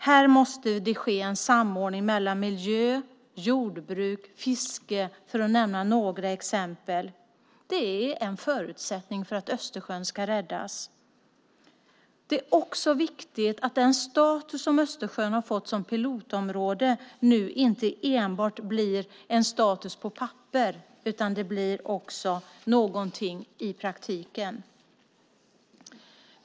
Här måste det ske en samordning mellan miljö, jordbruk och fiske - för att nämna några exempel. Det är en förutsättning för att Östersjön ska räddas. Det är också viktigt att den status som Östersjön har fått som pilotområde nu inte enbart blir en status på papper utan det blir också någonting i praktiken.